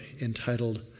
entitled